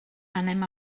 anem